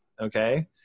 okay